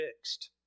fixed